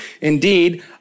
Indeed